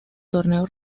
torneo